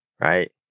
Right